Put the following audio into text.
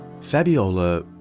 Fabiola